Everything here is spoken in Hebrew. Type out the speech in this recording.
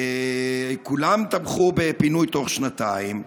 כולם תמכו בפינוי תוך שנתיים.